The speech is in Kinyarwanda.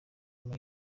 muri